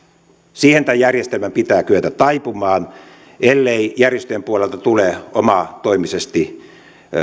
siihen tämän järjestelmän pitää kyetä taipumaan ellei järjestöjen puolelta tule omatoimisesti